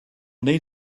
need